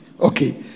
okay